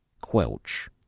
Quelch